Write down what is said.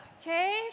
Okay